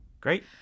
great